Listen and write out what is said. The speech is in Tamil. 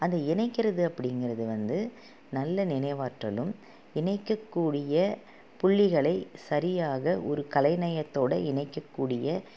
அது இணைக்கிறது அப்படிங்கறது வந்து நல்ல நினைவாற்றலும் இணைக்கக்கூடிய புள்ளிகளை சரியாக ஒரு கலைநயத்தோடு இணைக்கக்கூடிய